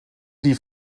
die